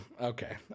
Okay